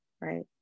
right